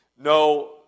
no